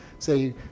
Say